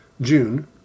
June